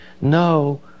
no